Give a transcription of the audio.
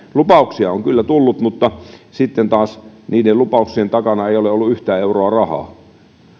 lupauksia on kyllä tullut mutta sitten taas niiden lupauksien takana ei ole ollut yhtään euroa rahaa